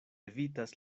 evitas